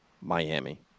Miami